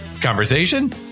conversation